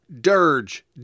Dirge